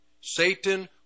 Satan